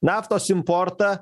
naftos importą